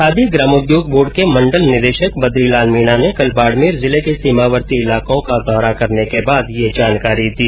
khadi Gramodyog board के मंडल निदेशक बद्रीलाल मीणा ने कल बाड़मेर जिले के सीमावर्ती इलाकों का दौरा करने के बाद ये जानकारी दी